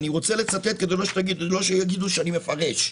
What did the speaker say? אני רוצה לצטט כדי שלא יגידו שאני מפרש,